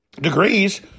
degrees